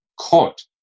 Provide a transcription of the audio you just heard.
caught